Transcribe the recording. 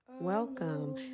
Welcome